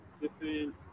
different